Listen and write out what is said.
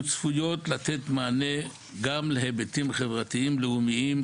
וצפויות לתת מענה גם להיבטים חברתיים לאומיים,